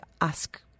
ask